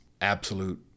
absolute